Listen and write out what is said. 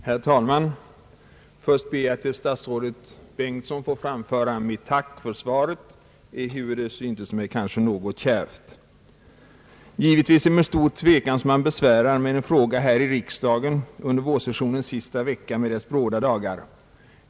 Herr talman! Först ber jag att till statsrådet Bengtsson få framföra mitt tack för svaret på min fråga, ehuru det kanske syntes mig något kärvt. Givetvis är det med stor tvekan som man besvärar med en fråga här i riksdagen under vårsessionens sista vecka med dess bråda dagar.